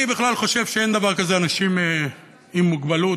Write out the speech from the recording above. אני בכלל חושב שאין דבר כזה אנשים עם מוגבלות,